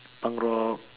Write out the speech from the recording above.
punk rock